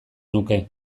nuke